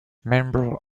members